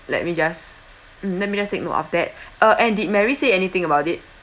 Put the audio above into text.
let me just mm let me just take note of that uh and did mary say anything about it